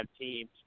teams